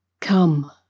Come